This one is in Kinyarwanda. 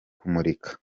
kumurika